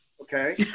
Okay